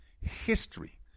history